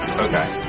Okay